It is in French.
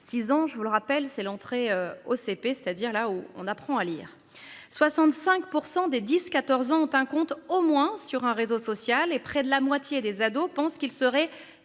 ans, je vous le rappelle, c'est l'entrée au CP, c'est-à-dire là où on apprend à lire. 65% des 10 14 ans ont un compte au moins sur un réseau social et près de la moitié des ados pensent qu'il serait